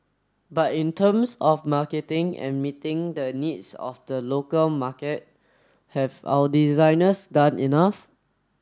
but in terms of marketing and meeting the needs of the local market have our designers done enough